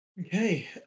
Okay